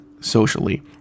socially